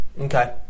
Okay